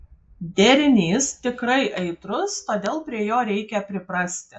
derinys tikrai aitrus todėl prie jo reikia priprasti